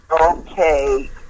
Okay